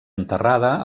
enterrada